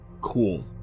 Cool